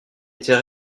était